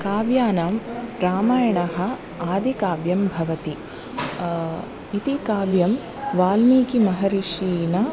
काव्यानां रामायणम् आदिकाव्यं भवति इति काव्यं वाल्मीकिमहर्षिणा